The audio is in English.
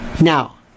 Now